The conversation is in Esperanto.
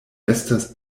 estas